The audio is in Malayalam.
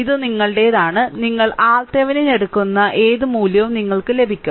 ഇത് നിങ്ങളുടേതാണ് നിങ്ങൾ RThevenin എടുക്കുന്ന ഏത് മൂല്യവും നിങ്ങൾക്ക് ലഭിക്കും